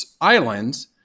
islands